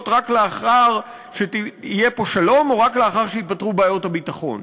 רק לאחר שיהיה פה שלום או רק לאחר שייפתרו בעיות הביטחון.